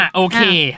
okay